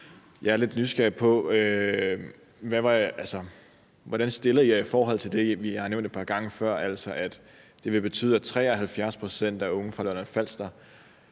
Jeg er lidt nysgerrig, med hensyn til hvordan I stiller jer i forhold til det, jeg har nævnt et par gange før, om, at det vil betyde, at 73 pct. af unge fra Lolland-Falster